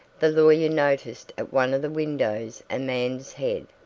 the lawyer noticed at one of the windows a man's head,